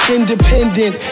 Independent